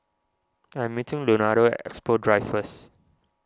I am meeting Leonardo at Expo Drive first